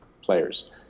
players